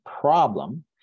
problem